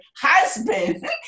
husband